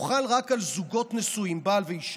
הוא חל רק על זוגות נשואים, בעל ואישה.